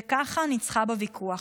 וככה ניצחה בוויכוח.